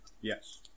Yes